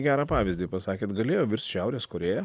gerą pavyzdį pasakėt galėjo virst šiaurės korėja